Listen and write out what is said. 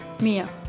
Mia